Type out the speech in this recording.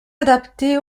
adapté